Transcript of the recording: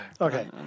Okay